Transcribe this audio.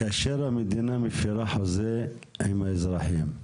כאשר המדינה מפרה חוזה עם האזרחים,